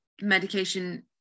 medication